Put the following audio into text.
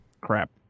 Crap